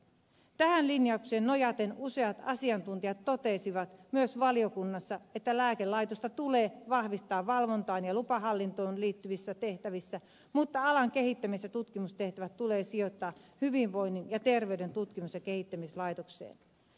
tähän linjaukseen nojaten useat asiantuntijat totesivat myös valiokunnassa että lääkelaitosta tulee vahvistaa valvontaan ja lupahallintoon liittyvissä tehtävissä mutta alan kehittämis ja tutkimustehtävät tulee sijoittaa hyvinvoinnin ja terveyden tutkimus ja kehittämislaitokseen